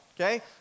okay